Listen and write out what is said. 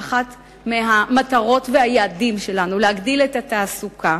אחת המטרות, אחד היעדים שלנו, להגדיל את התעסוקה,